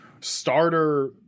starter